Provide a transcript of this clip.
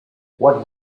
what